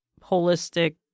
holistic